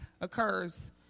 occurs